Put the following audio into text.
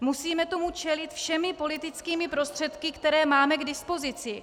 Musíme tomu čelit všemi politickými prostředky, které máme k dispozici.